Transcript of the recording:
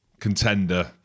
contender